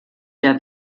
der